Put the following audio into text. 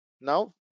now